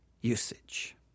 usage